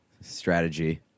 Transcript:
strategy